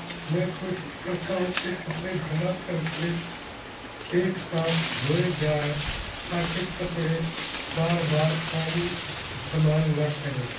میں کوشش کرتا ہوں کہ کپڑے جمع کر کے ایک ساتھ دھوئے جائیں تاکہ کپڑے بار بار پانی استعمال نہ کرے